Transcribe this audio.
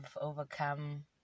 overcome